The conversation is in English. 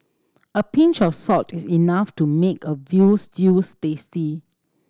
a pinch of salt is enough to make a veal stew tasty